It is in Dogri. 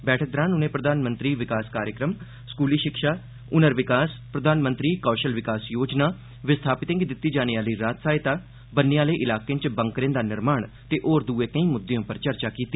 बैठक दौरान उनें प्रघानमंत्री विकास कार्यक्रम स्कूली शिक्षा हुनर विकास प्रधानमंत्री कौशल विकास योजना विस्थापितें गी दित्ती जाने आह्ली राह्त ब'न्ने आह्ले इलाकें च बनकरें दा निर्माण ते केई होर मुद्दे उप्पर चर्चा कीती